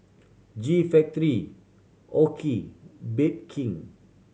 G Factory OKI Bake King